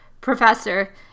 professor